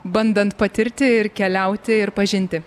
bandant patirti ir keliauti ir pažinti